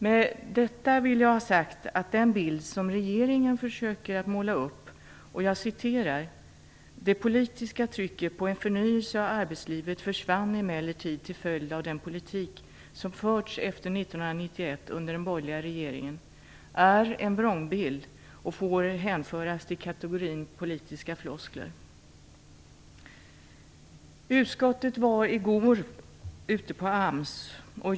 Med detta vill jag ha sagt att den bild som regeringen försöker att måla upp - jag citerar: "det politiska trycket på en förnyelse av arbetslivet försvann emellertid till följd av den politik som förts efter 1991 under den borgerliga regeringen" - är en vrångbild och får hänföras till kategorin politiska floskler. Utskottet besökte i går AMS.